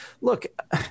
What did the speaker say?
look